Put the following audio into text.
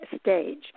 stage